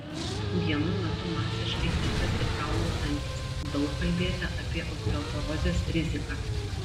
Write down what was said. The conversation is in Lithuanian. vienu metu masiškai tirtas ir kaulų tankis daug kalbėta apie osteoporozės riziką